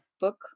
book